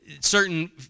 certain